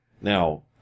Now